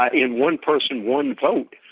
ah in one person one vote,